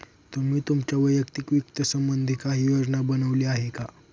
तुम्ही तुमच्या वैयक्तिक वित्त संबंधी काही योजना बनवली आहे का?